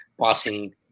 passing